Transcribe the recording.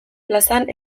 plazan